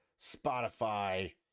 Spotify